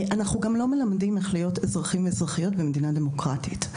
אנחנו גם לא מלמדים על איך להיות אזרחים ואזרחיות במדינה דמוקרטית,